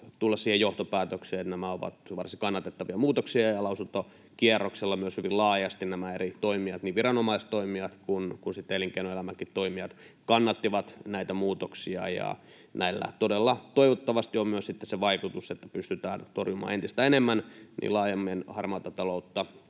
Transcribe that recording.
tulla siihen johtopäätökseen, että nämä ovat varsin kannatettavia muutoksia. Lausuntokierroksella myös hyvin laajasti nämä eri toimijat, niin viranomaistoimijat kuin sitten elinkeinoelämänkin toimijat, kannattivat näitä muutoksia, ja näillä todella toivottavasti on myös sitten se vaikutus, että pystytään torjumaan entistä enemmän ja laajemmin niin harmaata taloutta,